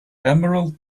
emerald